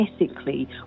ethically